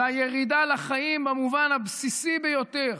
והירידה לחיים במובן הבסיסי ביותר.